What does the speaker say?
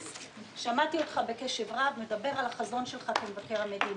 שמעתי אותך בקשב רב מדבר על החזון שלך כמבקר המדינה.